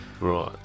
Right